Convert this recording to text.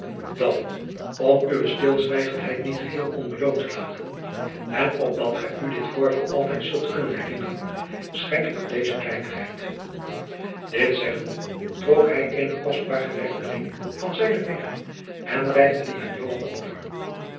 dan om uwe stilzwijgenheid niet geheel onbeloond te laten en opdat gij u dit voorval altijd zoudt kunnen herinneren schenk ik u deze kleinigheid dit zeggende trok hij eenen kostbaar gewerkten ring van zijnen vinger en reikte dien aan joan over